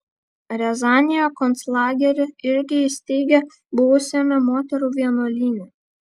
riazanėje konclagerį irgi įsteigė buvusiame moterų vienuolyne